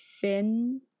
thin